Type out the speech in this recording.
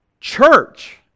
church